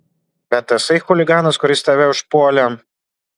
bet tasai chuliganas kuris tave užpuolė